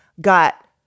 got